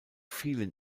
vielen